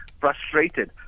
frustrated